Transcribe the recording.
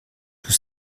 tout